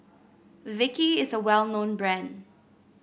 Vichy is a well known brand